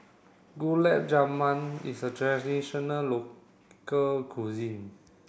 Gulab Jamun is a traditional local cuisine